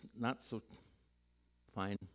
not-so-fine